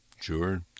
Sure